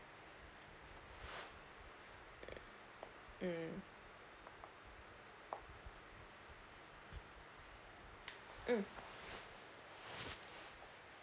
mm mm